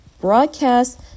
broadcast